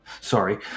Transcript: Sorry